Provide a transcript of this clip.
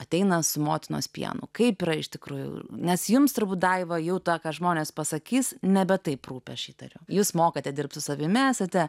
ateinantis motinos pienu kaip yra iš tikrųjų nes jums turbūt daiva jau tą ką žmonės pasakys nebe taip rūpesčių įtariu jūs mokate dirbti su savimi esate